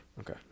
Okay